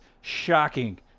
shocking